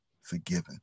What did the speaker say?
forgiven